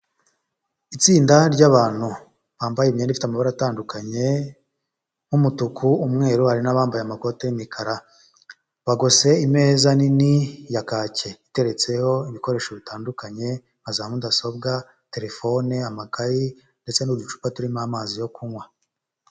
Itsinda ry'abantu bambaye imyenda ifite amabara atandukanye nk'umutuku umweru hari n'abambaye amakoti y'umukara, bagose ineza nini ya kake iteretseho ibikoresho bitandukanye nka za mudasobwa, telefone, amakaye ndetse n'uducupa turimo amazi yo kunywa.